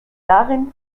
darin